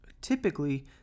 Typically